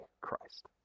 Christ